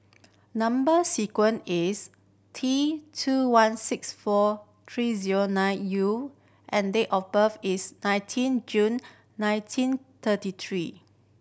number sequence is T two one six four three zero nine U and date of birth is nineteen June nineteen thirty three